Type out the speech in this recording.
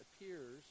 appears